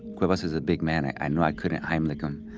cuevas is a big man, i i knew. i couldn't heimlich him.